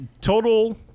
total